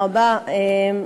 תודה רבה,